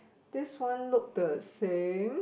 this one look the same